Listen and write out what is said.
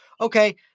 okay